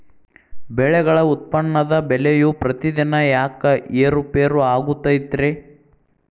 ಬೆಳೆಗಳ ಉತ್ಪನ್ನದ ಬೆಲೆಯು ಪ್ರತಿದಿನ ಯಾಕ ಏರು ಪೇರು ಆಗುತ್ತೈತರೇ?